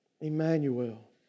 Emmanuel